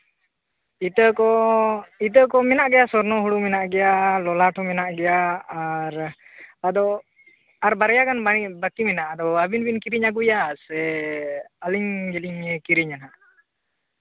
ᱤᱛᱟᱹ ᱠᱚ ᱤᱛᱟᱹ ᱠᱚ ᱢᱮᱱᱟᱜ ᱜᱮᱭᱟ ᱥᱚᱱᱚ ᱦᱩᱲᱩ ᱢᱮᱱᱟᱜ ᱜᱮᱭᱟ ᱟᱨ ᱞᱳᱞᱟᱴ ᱦᱚᱸ ᱢᱮᱱᱟᱜ ᱜᱮᱭᱟ ᱟᱨ ᱟᱫᱚ ᱟᱨ ᱵᱟᱨᱭᱟ ᱜᱟᱱ ᱵᱟᱝ ᱵᱟᱹᱠᱤ ᱢᱮᱱᱟᱜᱼᱟ ᱟᱫᱚ ᱟᱹᱵᱤᱱ ᱵᱤᱱ ᱠᱤᱨᱤᱧ ᱟᱹᱜᱩᱭᱟ ᱥᱮ ᱟᱹᱞᱤᱧ ᱜᱮᱞᱤᱧ ᱠᱤᱨᱤᱧᱟ ᱦᱟᱸᱜ